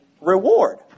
reward